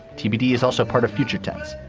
tbd is also part of future tense,